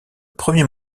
premier